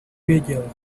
věděl